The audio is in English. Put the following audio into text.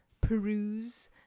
peruse